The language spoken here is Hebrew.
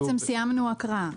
בעצם סיימנו הקראה.